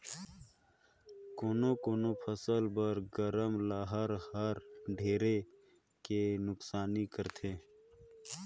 कोनो कोनो फसल बर गरम लहर हर ढेरे के नुकसानी करथे